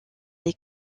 les